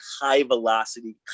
high-velocity